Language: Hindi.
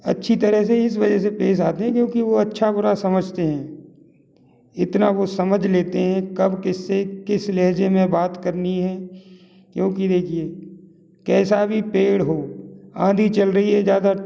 अच्छी तरह से इस वजह से पेश आते हें क्योंकि वो अच्छा बुरा समझते हैं इतना वो समझ लेते हें कब किस से किस लहजे में बात करनी है क्योंकि देखिए कैसा भी पेड़ हो आंधी चल रही है ज़्यादा